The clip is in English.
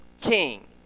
king